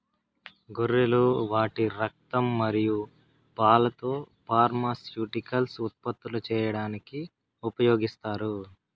గొర్రెలు వాటి రక్తం మరియు పాలతో ఫార్మాస్యూటికల్స్ ఉత్పత్తులు చేయడానికి ఉపయోగిస్తారు